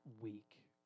week